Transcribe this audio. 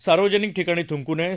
सार्वजनिक ठिकाणी थुंकू नये